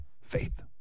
Faith